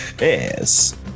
Yes